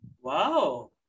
Wow